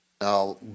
Now